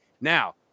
now